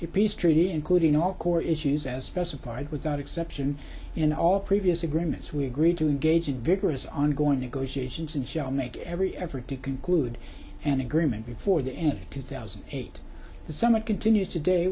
the peace treaty including all core issues as specified without exception in all previous agreements we agreed to engage in vigorous ongoing negotiations and shall make every effort to conclude an agreement before the end of two thousand and eight the summit continues today